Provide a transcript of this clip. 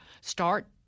start